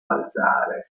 altare